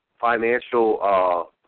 financial